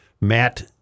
Matt